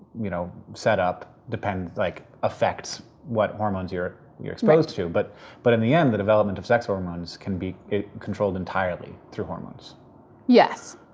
you know, set up depends. like, affects what hormones you're you're exposed to, but but in the end the development of sex hormones can be controlled entirely through hormones. ld yes.